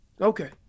Okay